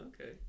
Okay